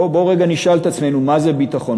בואו רגע נשאל את עצמנו, מה זה ביטחון?